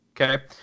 Okay